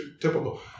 typical